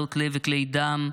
מחלות לב וכלי דם,